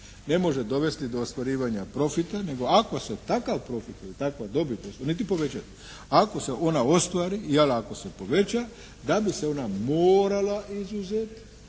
ne može dovesti do ostvarivanja profita nego ako se takav profit ili takva dobit …/Govornik se ne razumije./… ako se ona ostvari ili ako se poveća da bi se ona morala izuzeti